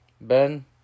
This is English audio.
Ben